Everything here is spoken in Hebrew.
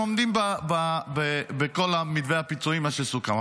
הם עומדים במתווה הפיצויים במה שסוכם.